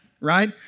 right